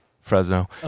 Fresno